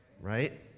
right